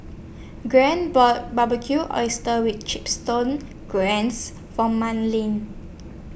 Grant bought Barbecued Oysters with Chips torn grants For Madlyn